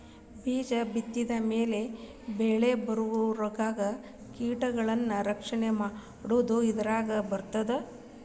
ಬೇಜ ಬಿತ್ತಿದ ಮ್ಯಾಲ ಬೆಳಿಬರುವರಿಗೂ ಕೇಟಗಳನ್ನಾ ರಕ್ಷಣೆ ಮಾಡುದು ಇದರಾಗ ಬರ್ತೈತಿ